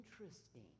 interesting